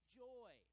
joy